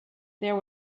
there